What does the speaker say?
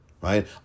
right